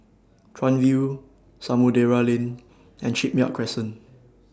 Chuan View Samudera Lane and Shipyard Crescent